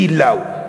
טיל "לאו".